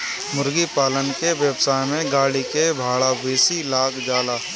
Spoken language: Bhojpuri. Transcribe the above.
मुर्गीपालन के व्यवसाय में गाड़ी के भाड़ा बेसी लाग जाला